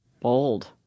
Bold